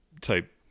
type